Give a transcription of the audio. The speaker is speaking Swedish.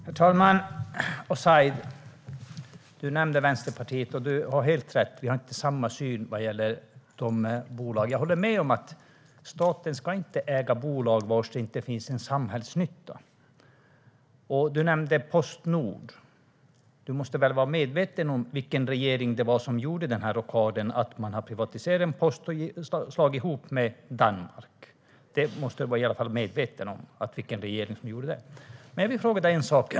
Herr talman! Du nämnde Vänsterpartiet, Said. Du har helt rätt i att vi inte har samma syn när det gäller bolagen. Jag håller med om att staten inte ska äga bolag där det inte finns en samhällsnytta. Du nämnde Postnord. Du är väl medveten om vilken regering det var som gjorde rockaden där man privatiserade posten och slog ihop den med den danska? Du är nog medveten om vilken regering det var. Jag vill fråga dig en sak.